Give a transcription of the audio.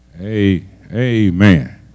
Amen